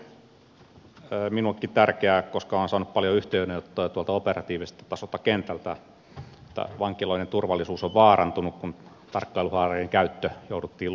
tämä on sikäli minullekin tärkeää koska olen saanut paljon yhteydenottoja operatiiviselta tasolta kentältä että vankiloiden turvallisuus on vaarantunut kun tarkkailuhaalareiden käyttö jouduttiin lopettamaan